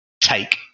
take